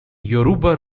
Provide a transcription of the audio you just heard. yoruba